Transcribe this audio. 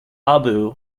abu